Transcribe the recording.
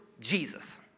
Jesus